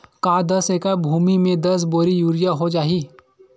का दस एकड़ भुमि में दस बोरी यूरिया हो जाही?